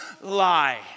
lie